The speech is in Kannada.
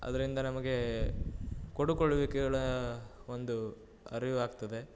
ಅದರಿಂದ ನಮಗೆ ಕೊಡುಕೊಳ್ಳುವಿಕೆಗಳ ಒಂದು ಅರಿವು ಆಗ್ತದೆ